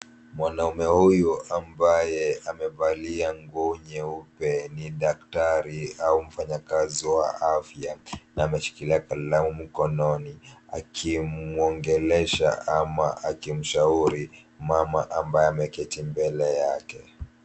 Mwanaume huyu ambaye amevalia nguo nyeupe ni daktari au mfanyakazi wa afya na ameshikilia kalamu mkononi akimuongelesha ama kumshauri mama ambaye ameketi mbele yake.